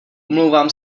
omlouvám